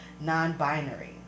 non-binary